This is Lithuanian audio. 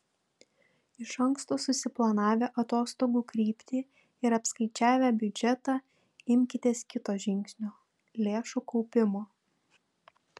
iš anksto susiplanavę atostogų kryptį ir apskaičiavę biudžetą imkitės kito žingsnio lėšų kaupimo